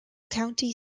county